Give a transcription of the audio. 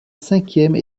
cinquième